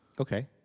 Okay